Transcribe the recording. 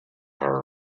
her